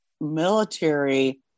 military